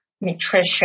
nutrition